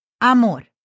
Amor